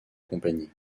compagnie